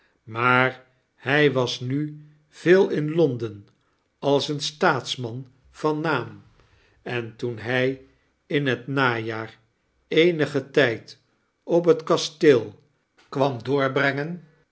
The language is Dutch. maar hy was nuveelinlonden als een staatsman van naam en toen hy in het najaar eenigen tyd op het kasteel kwam doorbrengen